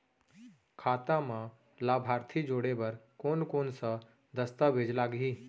खाता म लाभार्थी जोड़े बर कोन कोन स दस्तावेज लागही?